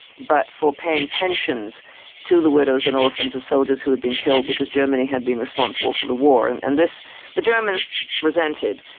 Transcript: but for paying pensions to the widows and orphans of soldiers who had been killed, because germany had been responsible for the war and and this germans resented.